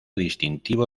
distintivo